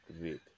Great